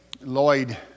Lloyd